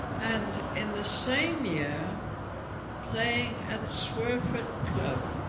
and in the same year playing at swerford club